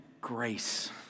grace